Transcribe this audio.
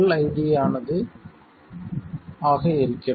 ΔID ஆனது ஆக இருக்கிறது